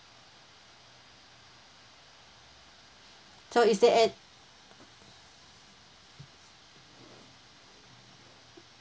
so is that add